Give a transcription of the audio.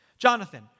Jonathan